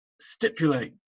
stipulate